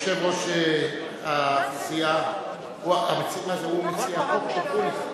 יושב-ראש הסיעה, הוא מציע החוק של גרוניס?